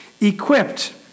equipped